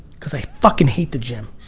cause i fucking hate the gym